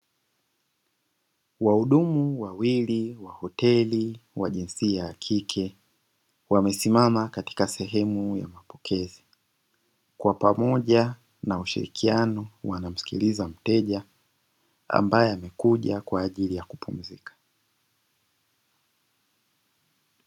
Wahudumu wawili wa hoteli wa jinsia ya kike wamesimama katika sehemu ya mapokezi; kwa pamoja na ushirikiano wa namsikiliza mteja ambaye amekuja kwa ajili ya kupumzika.